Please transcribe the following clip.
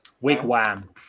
Wigwam